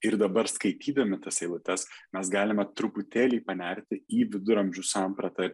ir dabar skaitydami tas eilutes mes galime truputėlį panerti į viduramžių sampratą